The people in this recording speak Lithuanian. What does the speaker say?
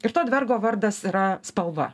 ir to dvergo vardas yra spalva